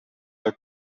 del